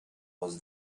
was